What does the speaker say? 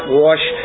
wash